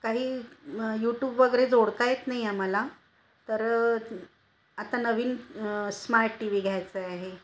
काही यूट्यूब वगैरे जोडता येत नाही आम्हाला तर आता नवीन स्मार्ट टी वी घ्यायचा आहे